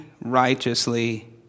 righteously